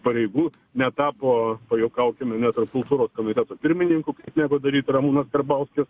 pareigų netapo pajuokaukim net ir kultūros komiteto pirmininku kaip nepadarys ramūnas karbauskis